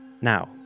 now